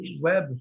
web